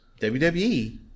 WWE